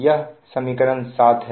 यह समीकरण 7 है